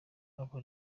abo